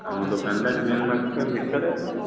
ଆମ ଦୋକାନଟା green market ଭିତରେ